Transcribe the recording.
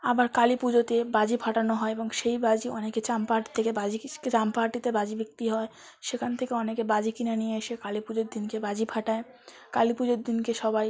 আবার কালী পুজোতে বাজি ফাটানো হয় এবং সেই বাজি অনেকে চাম্পাহাট থেকে বাজিক্স চাম্পাহাটিতে বাজি বিক্রি হয় সেকান থেকে অনেকে বাজি কিনে নিয়ে এসে কালী পুজোর দিনকে বাজি ফাটায় কালী পুজোর দিনকে সবাই